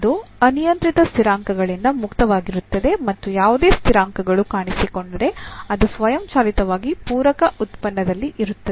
ಅದು ಅನಿಯಂತ್ರಿತ ಸ್ಥಿರಾಂಕಗಳಿಂದ ಮುಕ್ತವಾಗಿರುತ್ತದೆ ಮತ್ತು ಯಾವುದೇ ಸ್ಥಿರಾಂಕಗಳು ಕಾಣಿಸಿಕೊಂಡರೆ ಅದು ಸ್ವಯಂಚಾಲಿತವಾಗಿ ಪೂರಕ ಉತ್ಪನ್ನದಲ್ಲಿ ಇರುತ್ತದೆ